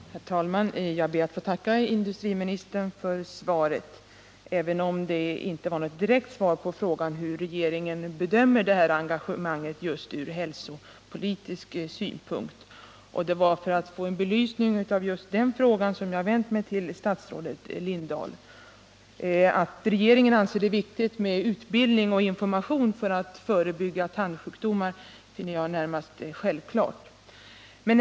Herr talman! Jag ber att få tacka industriministern för svaret, även om det inte innehöll något närmare besked om hur regeringen bedömer Tobaksbolagets engagemang ur hälsooch sjukvårdspolitisk synpunkt. Det var för att få belysning av just den frågan som jag vände mig till statsrådet Hedda Lindahl. Att regeringen anser det viktigt med utbildning och information för att förebygga tandsjukdomar är bra, men har inget direkt med Tobaksbolagets agerande att göra.